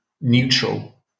neutral